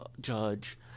judge